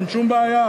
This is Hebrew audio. אין שום בעיה.